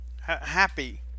happy